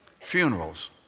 funerals